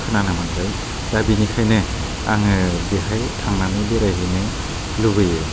खोनानो मोनबाय दा बेनिखायनो आङो बेहाय थांनानै बेरायहैनो लुबैयो